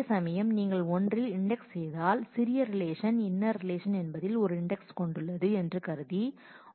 அதேசமயம் நீங்கள் ஒன்றில் இண்டெக்ஸ் செய்தால் சிறிய ரிலேஷன் இன்னர் ரிலேஷன் என்பதில் ஒரு இண்டெக்ஸ் கொண்டுள்ளது என்று கருதி